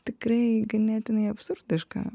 tikrai ganėtinai absurdiška